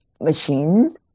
machines